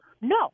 No